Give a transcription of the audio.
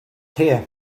here